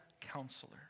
Counselor